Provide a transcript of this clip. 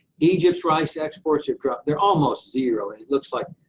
egypt's rice exports are dropped, they're almost zero, and it looks like,